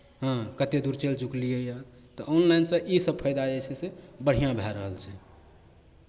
हँ कतेक दूर चलि चुकलियैए तऽ ऑनलाइनसँ इसभ फाइदा जे छै से बढ़िआँ भए रहल छै